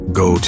go